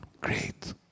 Great